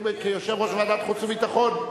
כיושב-ראש ועדת החוץ והביטחון,